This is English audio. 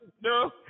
No